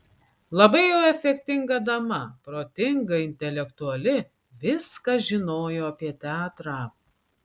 labai jau efektinga dama protinga intelektuali viską žinojo apie teatrą